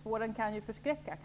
Spåren kanske kan förskräcka!